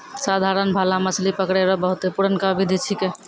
साधारण भाला मछली पकड़ै रो बहुते पुरनका बिधि छिकै